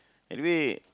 anyway